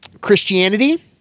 Christianity